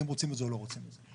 האם רוצים את זה או לא רוצים את זה?